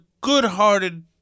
good-hearted